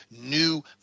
new